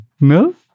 no